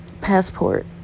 passport